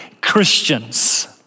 Christians